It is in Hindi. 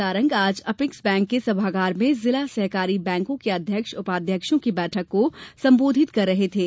सारंग आज अपेक्स बैंक के सभागार में जिला सहकारी बैंकों अध्यक्ष उपाध्यक्षों की बैठक को सम्बोधित कर रहे थे